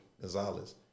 Gonzalez